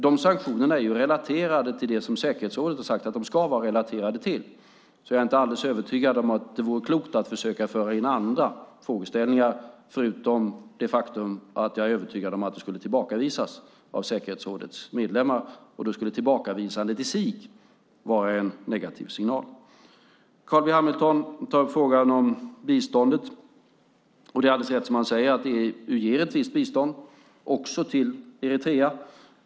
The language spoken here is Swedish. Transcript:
De sanktionerna är relaterade till det som säkerhetsrådet har sagt att de ska vara relaterade till, så jag är inte alldeles övertygad om att det vore klokt att försöka föra in andra frågeställningar, förutom det faktum att jag är övertygad om att de skulle tillbakavisas av säkerhetsrådets medlemmar, och då skulle tillbakavisandet i sig vara en negativ signal. Carl B Hamilton tar upp frågan om biståndet. Och det är alldeles rätt, som han säger, att EU ger ett visst bistånd också till Eritrea.